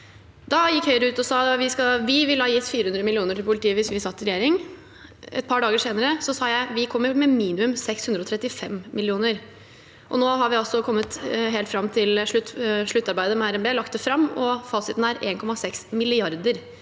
Da gikk Høyre ut og sa at de ville gitt 400 mill. kr til politiet hvis de satt i regjering. Et par dager senere sa jeg at vi kommer med minimum 635 mill. kr. Nå har vi altså kommet helt fram til sluttarbeidet med RNB og lagt det fram, og fasiten er 1,6 mrd.